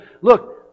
look